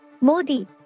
Modi